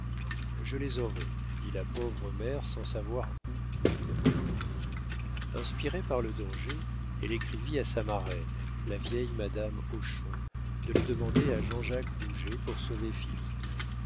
je les aurai dit la pauvre mère sans savoir où ni comment inspirée par le danger elle écrivit à sa marraine la vieille madame hochon de les demander à jean-jacques rouget pour sauver